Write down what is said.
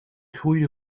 groeide